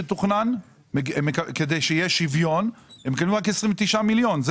שקל שתוכננו כדי שיהיה שוויון הם מקבלים רק 29 מיליון שקל.